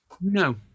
No